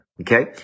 okay